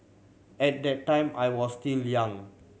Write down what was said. at that time I was still young